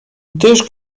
gdyż